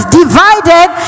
divided